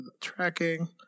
Tracking